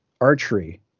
archery